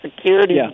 Security